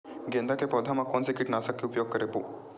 गेंदा के पौधा म कोन से कीटनाशक के उपयोग करबो?